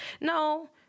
No